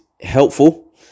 helpful